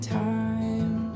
time